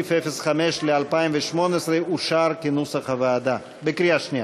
סעיף 05 ל-2018 אושר כנוסח הוועדה בקריאה שנייה.